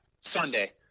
Sunday